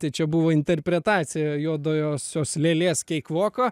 tai čia buvo interpretacija juodojosios lėlės keikvoko